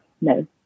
No